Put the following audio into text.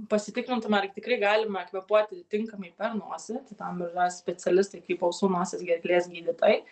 pasitikrintume ar tikrai galime kvėpuoti tinkamai per nosį tam yra specialistai kaip ausų nosies gerklės gydytojai